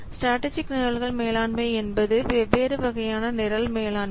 strategic நிரல்கள் மேலாண்மை என்பது வெவ்வேறு வகையான நிரல் மேலாண்மை